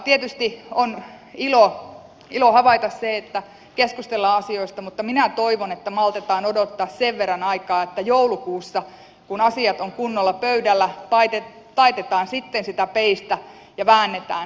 tietysti on ilo havaita se että keskustellaan asioista mutta minä toivon että maltetaan odottaa sen verran aikaa että joulukuussa kun asiat ovat kunnolla pöydällä taitetaan sitten sitä peistä ja väännetään